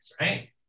right